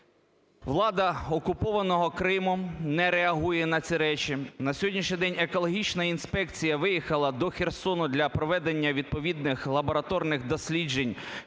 Влада окупованого Криму не реагує на ці речі. На сьогоднішній день екологічна інспекція виїхала до Херсона для проведення відповідних лабораторних дослідження